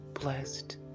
blessed